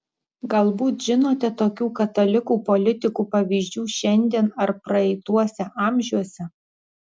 galbūt žinote tokių katalikų politikų pavyzdžių šiandien ar praeituose amžiuose